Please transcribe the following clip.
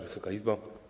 Wysoka Izbo!